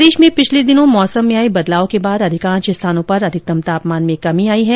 प्रदेश में पिछले दिनों मौसम में आए बदलाव के बाद अधिकांश स्थानों पर अधिकतम तापमान में कमी आई है